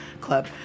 Club